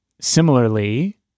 similarly